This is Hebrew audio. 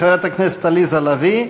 חברת הכנסת עליזה לביא,